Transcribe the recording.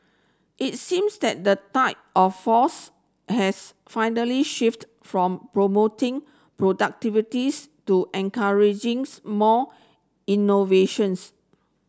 it seems that the tide of force has finally shifted from promoting productivities to encouraging more innovations